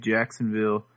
Jacksonville